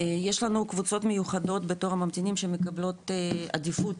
יש לנו קבוצות מיוחדות בתוך הממתינים שמקבלות עדיפות,